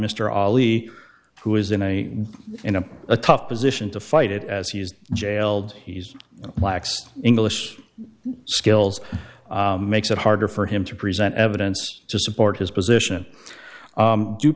mr ali who is in a in a a tough position to fight it as he's jailed he's lacks english skills makes it harder for him to present evidence to support his position